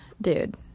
Dude